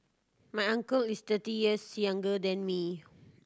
my uncle is thirty years younger than me